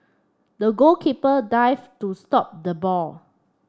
the goalkeeper dived to stop the ball